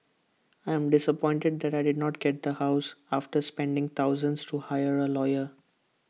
I am disappointed that I didn't get the house after spending thousands to hire A lawyer